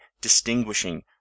distinguishing